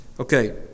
Okay